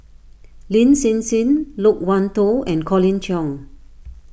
Lin Hsin Hsin Loke Wan Tho and Colin Cheong